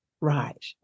right